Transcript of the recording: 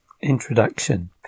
Introduction